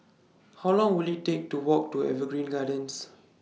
How Long Will IT Take to Walk to Evergreen Gardens